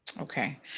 Okay